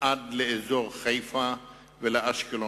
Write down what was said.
עד לאזור חיפה ולאשקלון.